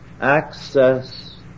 Access